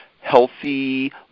healthy